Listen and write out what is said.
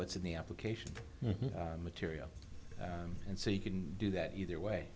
what's in the application material and so you can do that either way